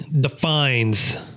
defines